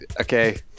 Okay